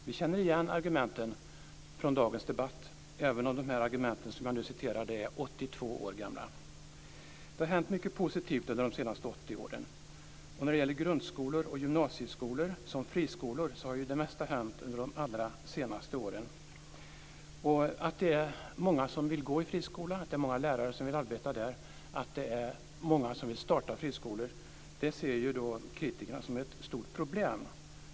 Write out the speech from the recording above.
Vi känner igen argumenten från dagens debatt, även om de argument jag citerade är Det har hänt mycket positivt under de senaste 80 åren. När det gäller grundskolor och gymnasieskolor som friskolor har det mesta hänt under de allra senaste åren. Att det är många som vill gå i friskola, att det är många lärare som vill arbeta där, att det är många som vill starta friskolor ser kritikerna som ett stort problem.